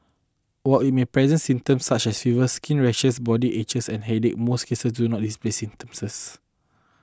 while it may present symptoms such as fever skin rashes body aches and headache most cases do not display symptoms